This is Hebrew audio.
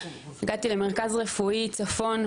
הגעתי למרכז רפואי צפון,